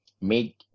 make